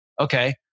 okay